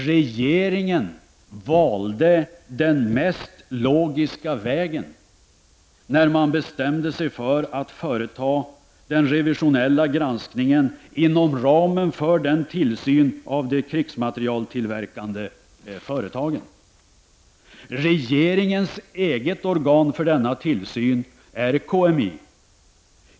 Regeringen valde den mest logiska vägen när man bestämde sig för att företa den revisionella granskningen inom ramen för tillsynen av de krigsmaterieltillverkande företagen. Regeringens eget organ för denna tillsyn är KMI.